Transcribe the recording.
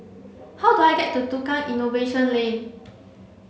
how do I get to Tukang Innovation Lane